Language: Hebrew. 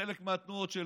חלק מהתנועות שלכם,